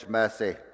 mercy